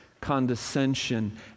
condescension